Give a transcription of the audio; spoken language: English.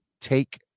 Take